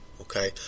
okay